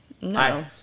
no